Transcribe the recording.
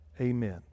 Amen